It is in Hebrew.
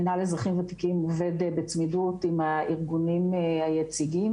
מנהל אזרחים וותיקים עובד בצמידות עם הארגונים היציגים,